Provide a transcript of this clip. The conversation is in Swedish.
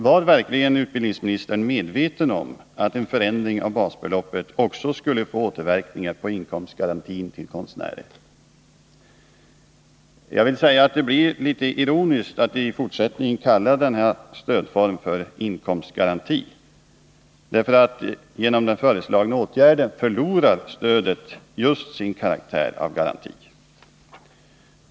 Var verkligen utbildningsministern medveten om att en förändring av basbeloppet också skulle få återverkningar på inkomstgarantin till konstnärer? Jag menar att det i fortsättningen blir ironiskt att kalla denna stödform för inkomstgaranti. Genom den föreslagna åtgärden förlorar stödet just sin karaktär av garanti.